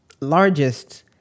largest